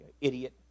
Idiot